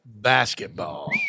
Basketball